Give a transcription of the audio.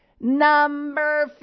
Number